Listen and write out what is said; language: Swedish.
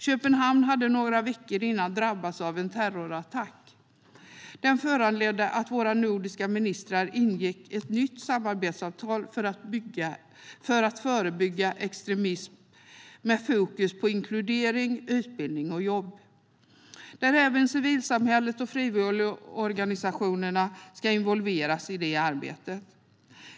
Köpenhamn hade några veckor innan drabbats av en terrorattack. Det föranledde att våra nordiska ministrar ingick ett nytt samarbetsavtal för att förebygga extremism, med fokus på inkludering, utbildning och jobb. Även civilsamhället och frivilligorganisationerna ska involveras i det arbetet.